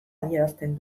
adierazten